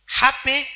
happy